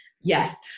Yes